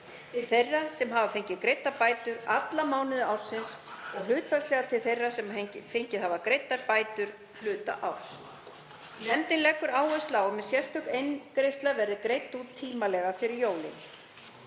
til þeirra sem hafa fengið greiddar bætur alla mánuði ársins og hlutfallsleg til þeirra sem fengið hafa greiddar bætur hluta árs. Nefndin leggur áherslu á að sérstök eingreiðsla verði greidd út tímanlega fyrir jól.